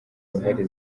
ruhare